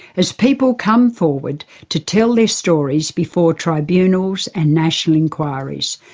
as people come forward to tell their stories before tribunals and national inquiries,